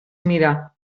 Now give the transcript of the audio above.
mira